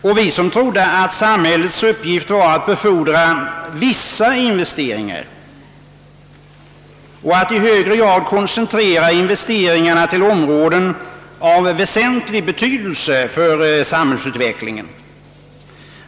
Och vi som trodde att samhällets uppgift var att befordra vissa investeringar och att i högre grad koncentrera investeringarna till områden av väsentlig betydelse för samhällsutvecklingen!